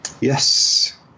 Yes